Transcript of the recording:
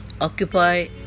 occupy